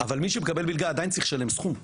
אבל מי שמקבל מלגה עדיין צריך לשלם סכום כסף,